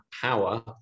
power